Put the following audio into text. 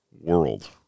world